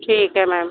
ठीक है मैम